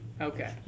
Okay